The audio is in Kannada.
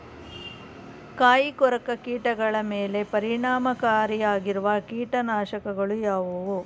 ಕಾಯಿಕೊರಕ ಕೀಟಗಳ ಮೇಲೆ ಪರಿಣಾಮಕಾರಿಯಾಗಿರುವ ಕೀಟನಾಶಗಳು ಯಾವುವು?